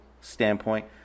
standpoint